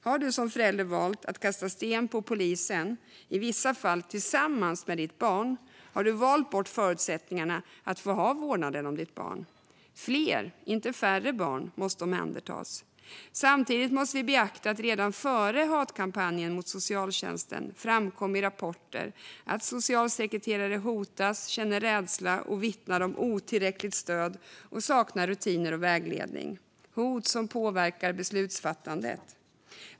Har du som förälder valt att kasta sten på polisen, i vissa fall tillsammans med ditt barn, har du valt bort förutsättningarna att få ha vårdnaden om ditt barn. Fler, inte färre, barn måste omhändertas. Samtidigt måste vi beakta att det redan före hatkampanjen mot socialtjänsten i rapporter framkom att socialsekreterare hotas, känner rädsla och vittnar om otillräckligt stöd och om att de saknar rutiner och vägledning. Det är hot som påverkar beslutsfattandet.